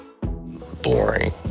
boring